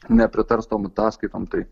nepritars tom ataskaitom tai